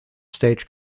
stage